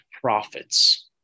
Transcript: profits